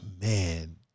man